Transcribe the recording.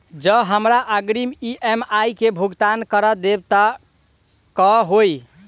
जँ हमरा अग्रिम ई.एम.आई केँ भुगतान करऽ देब तऽ कऽ होइ?